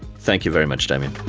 thank you very much damien.